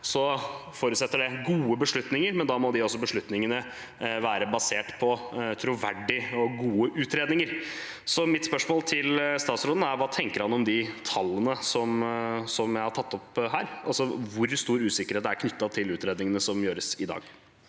forutsetter det gode beslutninger – må beslutningene være basert på troverdige og gode utredninger. Mitt spørsmål til statsråden er: Hva tenker han om de tallene jeg har tatt opp her? Hvor stor usikkerhet er knyttet til utredningene som gjøres i dag?